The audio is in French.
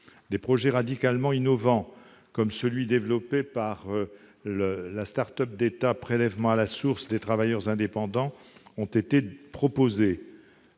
Des projets radicalement innovants, comme celui qui a été développé par la start-up d'État « Prélèvement à la source pour les indépendants », ont été proposés.